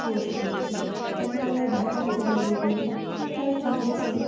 post করছে যাতে তারা দেখাচ্ছে যে এ রকমও তারা কীভাবে সেই